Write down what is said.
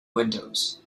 windows